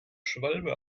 schwalbe